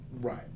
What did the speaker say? Right